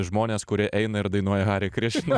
žmones kurie eina ir dainuoja hari krišna